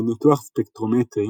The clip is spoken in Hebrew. מניתוח ספקטרומטרי